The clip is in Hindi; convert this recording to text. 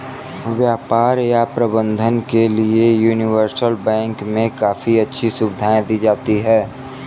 व्यापार या प्रबन्धन के लिये यूनिवर्सल बैंक मे काफी अच्छी सुविधायें दी जाती हैं